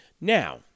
Now